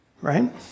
right